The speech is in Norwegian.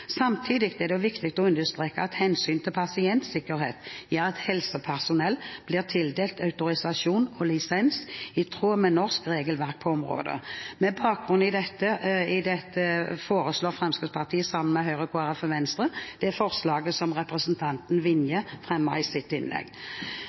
Samtidig er det viktig å understreke at hensynet til pasientsikkerhet gjør at helsepersonell blir tildelt autorisasjon og lisens i tråd med norsk regelverk på området. Med bakgrunn i dette er Fremskrittspartiet sammen med Høyre, Kristelig Folkeparti og Venstre om det forslaget som representanten